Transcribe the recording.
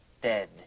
dead